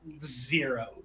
zero